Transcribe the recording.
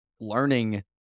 learning